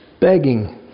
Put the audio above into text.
begging